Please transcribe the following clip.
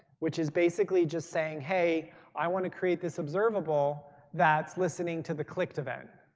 which is basically just saying hey i want to create this observable that's listening to the clicked event.